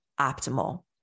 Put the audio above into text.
optimal